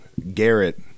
Garrett